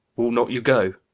will not you go?